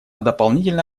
дополнительно